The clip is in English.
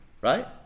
right